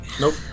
Nope